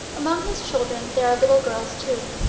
among his children there are little girls, too.